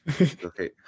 okay